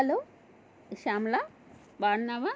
hello Shyamala బాగున్నావా